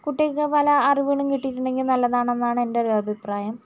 കുട്ടികൾക്ക് പല അറിവുകളും കിട്ടിയിട്ടുണ്ടെങ്കിൽ നല്ലതാണെന്നാണ് എൻ്റെ ഒരു അഭിപ്രായം